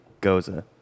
Goza